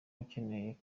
ukeneye